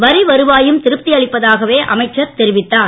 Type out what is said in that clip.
வரி வருவாயும் திருப்தி அளிப்பதாக அமைச்சர் தெரிவித்தார்